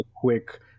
quick